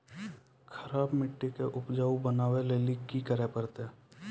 खराब मिट्टी के उपजाऊ बनावे लेली की करे परतै?